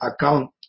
account